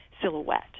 silhouette